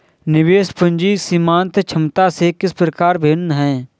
निवेश पूंजी सीमांत क्षमता से किस प्रकार भिन्न है?